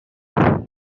vingt